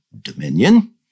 dominion